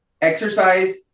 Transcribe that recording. exercise